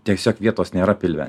tiesiog vietos nėra pilve